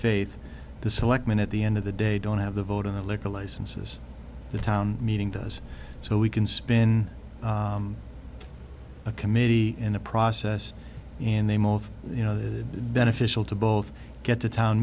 faith the selectmen at the end of the day don't have the vote on the liquor licenses the town meeting does so we can spin a committee in a process and they mouth you know beneficial to both get a town